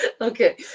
Okay